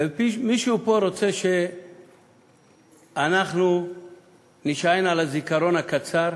ומישהו פה רוצה שאנחנו נישען על הזיכרון הקצר?